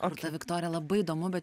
o rūta viktorija labai įdomu bet